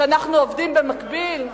שאנחנו עובדים במקביל?